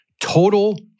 Total